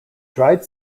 dried